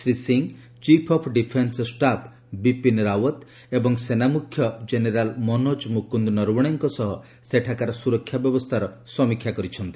ଶ୍ରୀ ସି chief of defence staff Bipin Rawat ଏବଂ ସେନାମୁଖ୍ୟ ଜେନେରାଲ୍ ମନୋଜ ମୁକୁନ୍ଦ ନରୱଣେଙ୍କ ସହ ସେଠାକାର ସୁରକ୍ଷା ବ୍ୟବସ୍ଥାର ସମୀକ୍ଷା କରିଛନ୍ତି